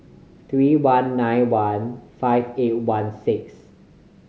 three one nine one five eight one six